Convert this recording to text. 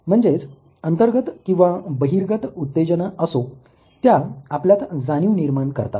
म्हणजेच अंतर्गत किंवा बहिर्गत उत्तेजना असो त्या आपल्यात जाणीव निर्माण करतात